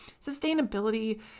sustainability